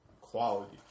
quality